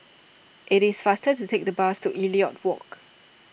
it is faster to take the bus to Elliot Walk